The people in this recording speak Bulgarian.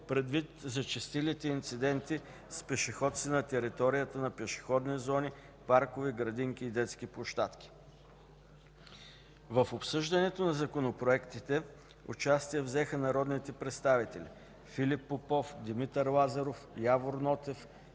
предвид зачестилите инциденти с пешеходци на територията на пешеходни зони, паркове, градинки и детски площадки. В обсъждането на законопроектите взеха участие народните представители Филип Попов, Димитър Лазаров, Явор Нотев,